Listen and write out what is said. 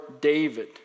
David